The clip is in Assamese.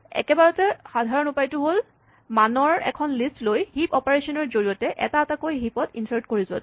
একেবাৰে সাধাৰণ উপায়টো হ'ল মান ৰ এখন লিষ্ট লৈ হিপ অপাৰেচন ৰ জৰিয়তে এটা এটাকৈ হিপ ত ইনচাৰ্ট কৰি যোৱাটো